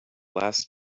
last